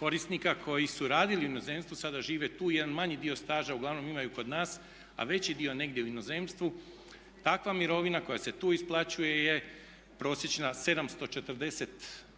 korisnika koji su radili u inozemstvu i sada žive tu jedan manji dio staža uglavnom imaju kod nas, a veći dio negdje u inozemstvu takva mirovina koja se tu isplaćuje je prosječna 740